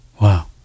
Wow